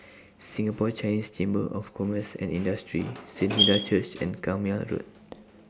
Singapore Chinese Chamber of Commerce and Industry Saint Hilda's Church and Carpmael Road